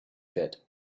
bit